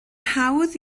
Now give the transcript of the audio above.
hawdd